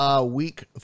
week